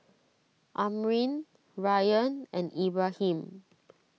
Amrin Ryan and Ibrahim